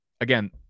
Again